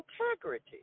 integrity